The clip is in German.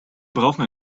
brauchen